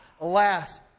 alas